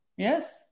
Yes